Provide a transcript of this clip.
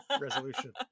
Resolution